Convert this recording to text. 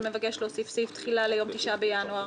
מבקש להוסיף סעיף תחילה ליום תשעה בינואר?